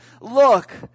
look